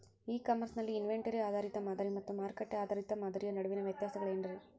E commerce ನಲ್ಲಿ inventory ಆಧಾರಿತ ಮಾದರಿ ಮತ್ತ ಮಾರುಕಟ್ಟೆ ಆಧಾರಿತ ಮಾದರಿಯ ನಡುವಿನ ವ್ಯತ್ಯಾಸಗಳೇನ ರೇ?